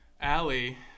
Allie